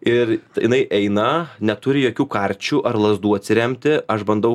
ir jinai eina neturi jokių karčių ar lazdų atsiremti aš bandau